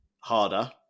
harder